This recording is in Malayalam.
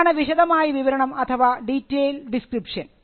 ഇതാണ് വിശദമായ വിവരണം അഥവാ ഡീറ്റെയിൽ ഡിസ്ക്രിപ്ഷൻ